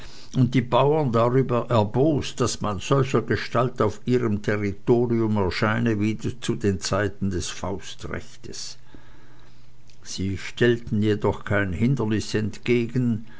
und die bauern darüber erbost daß man solchergestalt auf ihrem territorium erscheine wie zu den zeiten des faustrechtes sie stellten jedoch kein hindernis entgegen